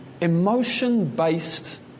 emotion-based